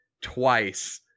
twice